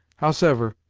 howsever,